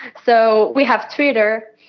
so we have twitter,